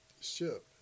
ship